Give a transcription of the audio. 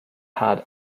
had